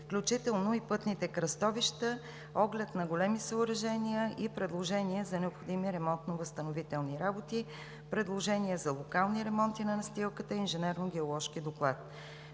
включително и пътни кръстовища – оглед на големи съоръжения и предложения за необходимите ремонтно-възстановителни работи, предложения за локални ремонти на настилката, инженерно-геоложки доклад.